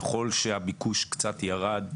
ככל שהביקוש קצת ירד,